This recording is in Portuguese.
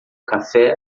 café